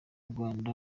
rwanda